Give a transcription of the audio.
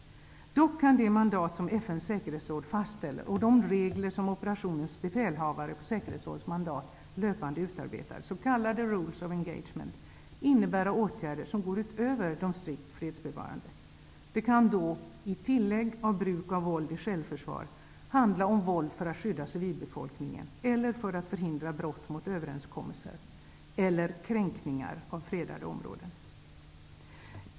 Dock kan det mandat som FN:s säkerhetsråd fastställer och de regler som operationens befälhavare utarbetar löpande på säkerhetsrådets mandat, s.k. Rules of Engagement, innebära åtgärder som går utöver de strikt fredsbevarande. Det kan då, i tillägg till bruk av våld i självförsvar, handla om våld för att skydda civilbefolkningen eller för att förhindra brott mot överenskommelser eller kränkningar av fredade områden.